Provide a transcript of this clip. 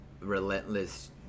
relentless